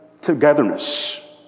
Togetherness